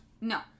No